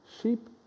sheep